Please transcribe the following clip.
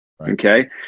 Okay